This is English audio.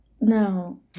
No